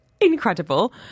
incredible